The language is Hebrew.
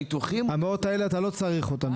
המאות האלה אתה לא צריך אותם,